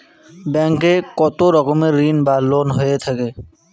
Bank এ কত রকমের ঋণ বা লোন হয়ে থাকে?